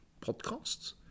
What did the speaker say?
podcasts